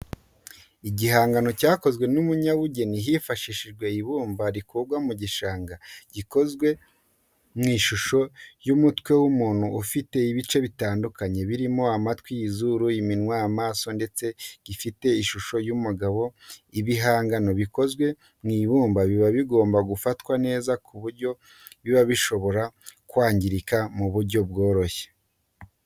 Igihangano cyakozwe n'umunyabugeni hifashishijwe ibumba rikurwa mu gishanga, gikozwe mu ishusho y'umutwe w'umuntu ufite ibice bitandukanye birimo amatwi, izuru, iminwa, amaso ndetse gifite ishusho y'umugabo, ibihangano bikozwe mu ibumba biba bigomba gufatwa neza kuko biba bishobora kwangirika mu buryo bworoshye.